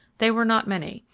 they were not many.